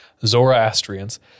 Zoroastrians